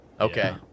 Okay